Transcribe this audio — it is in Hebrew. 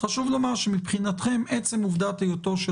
חשוב לומר שמבחינתכם עצם עובדת היותו של